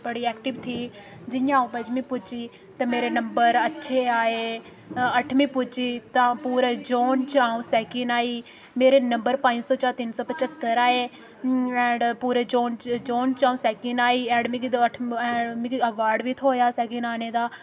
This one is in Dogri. बड़ी ऐक्टिव थी जियां अ'ऊं पंजमी पुज्जी ते मेरे नंबर अच्छे आए अठमीं पुज्जी तां पूरे जोन चा सैकिंड आई मेरे नंबर पंज सौ चा तिन सौ पचह्त्तर आए ऐंड पूरे जोन च जोन च अ'ऊं सैकिन आई ऐंड मिगी ते अट्ठ मिगी ते अवार्ड बी थ्होएआ सैकिन आने दा